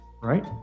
right